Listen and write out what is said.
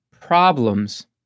problems